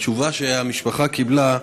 התשובה שהמשפחה קיבלה: